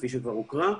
כפי שכבר הוקרא.